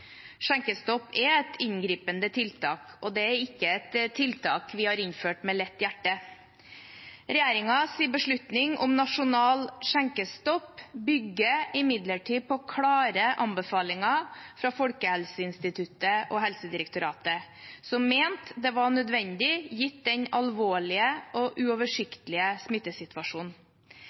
Skjenkestopp er et inngripende tiltak, og det er ikke et tiltak vi har innført med lett hjerte. Regjeringens beslutning om nasjonal skjenkestopp bygger imidlertid på klare anbefalinger fra FHI og Helsedirektoratet, som mente det var nødvendig, gitt den alvorlige og uoversiktlige smittesituasjonen.